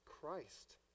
Christ